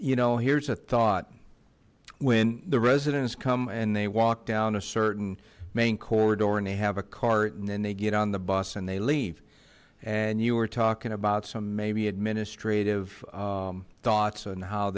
you know here's a thought when the residents come and they walk down a certain main corridor and they have a cart and then they get on the bus and they leave and you were talking about some maybe administrative thoughts on how